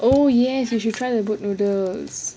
oh yes you should try the boat noodles